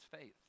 faith